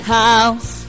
house